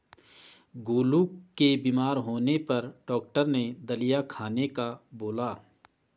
गोलू के बीमार होने पर डॉक्टर ने दलिया खाने का बोला